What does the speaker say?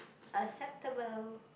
acceptable